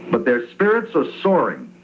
but their spirits are soaring.